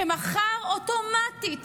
שמחר אוטומטית